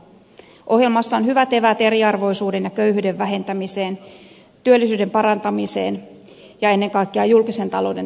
ohjelmassa on hyvät eväät eriarvoisuuden ja köyhyyden vähentämiseen työllisyyden parantamiseen ja ennen kaikkea julkisen talouden tasapainottamiseen